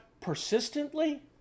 persistently